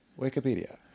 Wikipedia